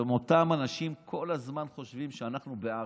שאותם אנשים כל הזמן חושבים שאנחנו בערים,